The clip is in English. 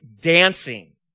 dancing